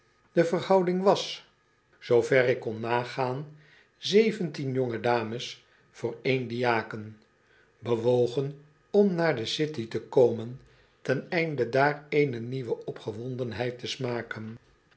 de verhouding was zoover ik kon nagaan zeventien jonge dames voor één diaken bewogen om naar de city te komen ten einde daar eene nieuwe opgewondenheid te smaken